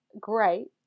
great